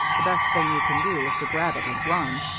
the best thing you can do is to grab it, and run,